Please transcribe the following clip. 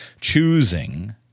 choosing